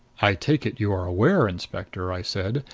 i take it you are aware, inspector, i said,